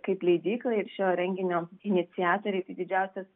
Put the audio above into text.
kaip leidyklai ir šio renginio iniciatorei tai didžiausias